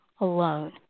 alone